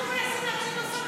אנחנו מנסים להקשיב לשר.